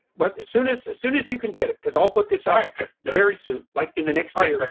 but as soon as as soon as you can get it because i'll put this part ah like very soon like in the next day. like